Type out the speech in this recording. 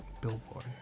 billboard